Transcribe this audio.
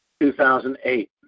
2008